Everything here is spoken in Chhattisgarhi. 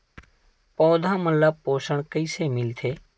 पौधा मन ला पोषण कइसे मिलथे?